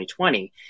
2020